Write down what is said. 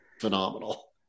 phenomenal